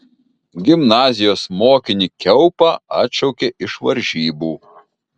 gimnazijos mokinį kiaupą atšaukė iš varžybų